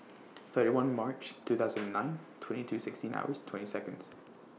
thirty one March two thousand and nine twenty two sixteen hours twenty Seconds